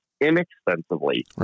inexpensively